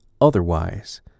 otherwise